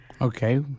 Okay